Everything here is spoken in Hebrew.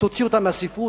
תוציא אותם מהספרות,